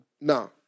No